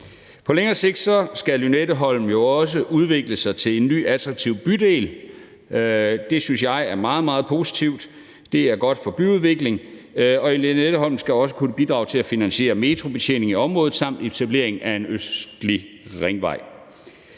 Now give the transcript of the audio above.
På længere sigt skal Lynetteholm jo også udvikle sig til en ny attraktiv bydel, og det synes jeg er meget, meget positivt. Det er godt for byudviklingen, og Lynetteholm skal også kunne bidrage til at finansiere metrobetjeningen i området samt etableringen af en østlig ringvej.